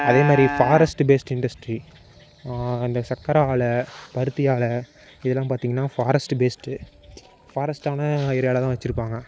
அதே மாதிரி forest based industry இந்த சக்கரை ஆலை பருத்தி ஆலை இதுலாம் பார்த்திங்கனா ஃபாரஸ்ட் பேஸ்டு ஃபாரஸ்ட்டான ஏரியாவிலதான் வச்சியிருப்பாங்க